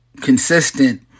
consistent